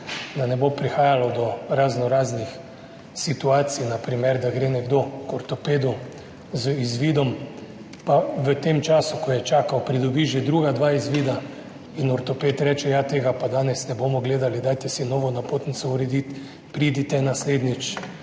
da ne bo prihajalo do raznoraznih situacij, na primer, da gre nekdo k ortopedu z izvidom, pa v tem času, ko je čakal, pridobi že druga dva izvida in ortoped reče »Ja, tega pa danes ne bomo gledali, dajte si novo napotnico urediti, pridite naslednjič«.